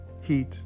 heat